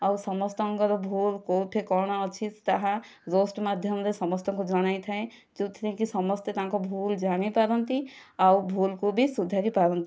ଆଉ ସମସ୍ତଙ୍କର ଭୁଲ କେଉଁଠି କଣ ଅଛି ତାହା ରୋଷ୍ଟ ମାଧ୍ୟମରେ ସମସ୍ତଙ୍କୁ ଜଣାଇଥାଏ ଯେଉଁଥି ପାଇଁକି ସମସ୍ତେ ତାଙ୍କ ଭୁଲ ଜାଣିପାରନ୍ତି ଆଉ ଭୁଲକୁ ବି ସୁଧାରି ପାରନ୍ତି